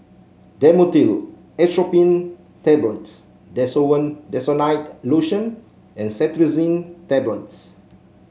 Dhamotil Atropine Tablets Desowen Desonide Lotion and Cetirizine Tablets